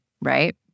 Right